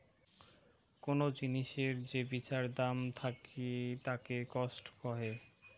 কোন জিনিসের যে বিচার দাম থাকিতাকে কস্ট কহে